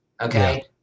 Okay